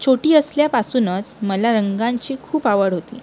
छोटी असल्यापासूनच मला रंगांची खूप आवड होती